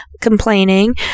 complaining